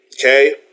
Okay